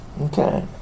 Okay